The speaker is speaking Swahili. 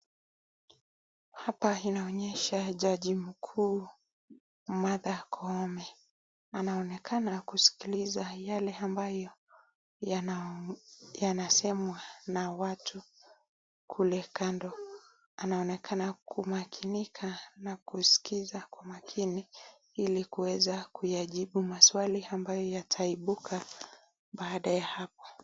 Hala inaonyesha jaji mkuu, Martha Koome. Anaonekana kusikiliza yale ambayo yanasemwa na watu kule kando. Anaonekana kumakinika na kuskiza kwa makini ili kuweza kuyajibu maswali ambayo yataibuka baada ya hapo.